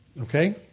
Okay